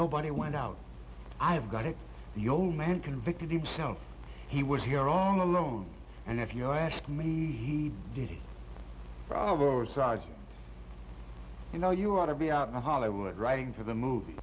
nobody went out i've got it the old man convicted himself he was here all alone and if you ask me he did oversize you know you ought to be out to hollywood writing for the movie